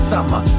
Summer